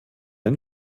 ein